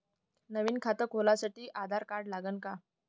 नवीन खात खोलासाठी आधार कार्ड लागन का?